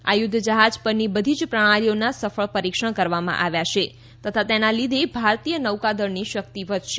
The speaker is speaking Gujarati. આ યુધ્ધ જહાજ પરની બધી જ પ્રણાલીઓના સફલ પરીક્ષણ કરવામાં આવ્યા છે તથા તેના લીધે ભારતીય નૌકાદળની શક્તિ વધશે